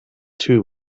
too